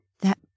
that